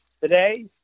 Today